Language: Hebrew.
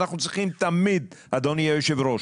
אדוני היושב-ראש,